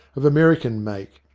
of american make,